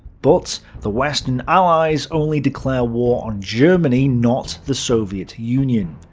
but the western allies only declare war on germany, not the soviet union.